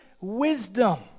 wisdom